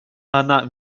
она